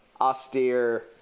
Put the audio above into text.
austere